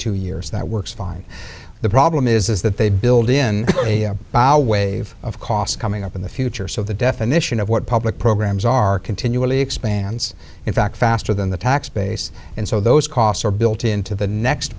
two years that works fine the problem is that they build in a bow wave of costs coming up in the future so the definition of what public programs are continually expands in fact faster than the tax base and so those costs are built into the next